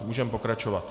Můžeme pokračovat.